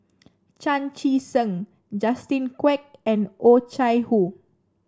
Chan Chee Seng Justin Quek and Oh Chai Hoo